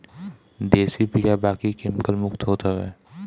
देशी बिया बाकी केमिकल मुक्त होत हवे